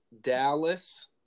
Dallas